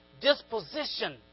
disposition